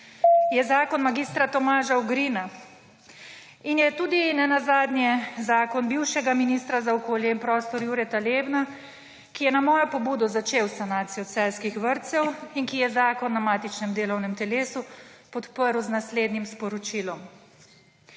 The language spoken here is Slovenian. je zakon mag. Tomaža Ogrina in je tudi nenazadnje zakon bivšega ministra za okolje in prostor Jureta Lebna, ki je na mojo pobudo začel sanacijo celjskih vrtcev in ki je zakon na matičnem delovnem telesu podprl z naslednjim sporočilom: